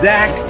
Zach